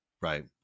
Right